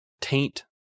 taint